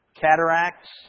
cataracts